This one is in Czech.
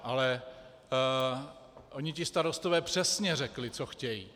Ale oni ti starostové přesně řekli, co chtějí.